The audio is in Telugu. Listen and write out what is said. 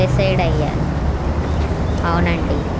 డిసైడ్ అయ్యాను అవునండి